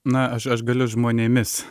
na aš aš galiu žmonėmis